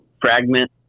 fragment